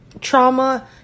trauma